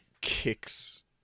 kicks